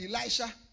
Elisha